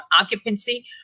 occupancy